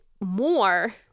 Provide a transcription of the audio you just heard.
more